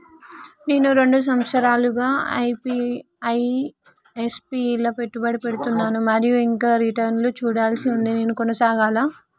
నేను రెండు సంవత్సరాలుగా ల ఎస్.ఐ.పి లా పెట్టుబడి పెడుతున్నాను మరియు ఇంకా రిటర్న్ లు చూడాల్సి ఉంది నేను కొనసాగాలా?